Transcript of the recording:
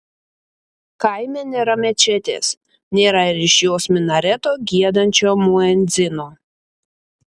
kaime nėra mečetės nėra ir iš jos minareto giedančio muedzino